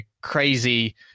crazy